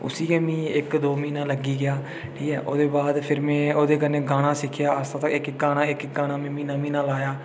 उसी गै में इक्क दौ म्हीना लग्गी गेआ ठीक ऐ ओह्दे बाद फिर में ओह्दे कन्नै गाना सिक्खेआ इक्क गाना इक्क गाना में म्हीना म्हीना लाया